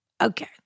Okay